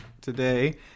today